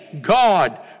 God